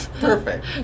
Perfect